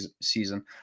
season